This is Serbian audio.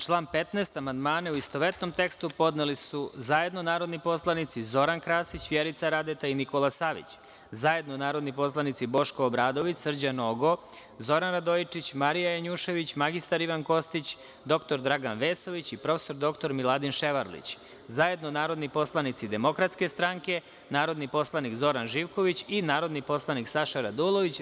Na član 15. amandmane, u istovetnom tekstu, podneli su zajedno narodni poslanici Zoran Krasić, Vjerica Radeta i Nikola Savić, zajedno narodni poslanici Boško Obradović, Srđan Nogo, Zoran Radojičić, Marija Janjušević, mr Ivan Kostić, dr Dragan Vesović i prof. dr Miladin Ševarlić, zajedno narodni poslanici DS, narodni poslanik Zoran Živković i narodni poslanik Saša Radulović.